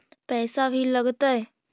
पैसा भी लगतय?